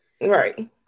Right